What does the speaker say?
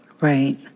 Right